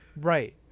Right